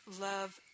love